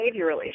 behavioral